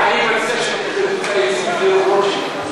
אני מציע שיכרתו את העצים בשדרות-רוטשילד.